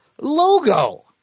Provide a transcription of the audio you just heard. logo